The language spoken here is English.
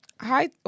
Hi